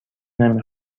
نمی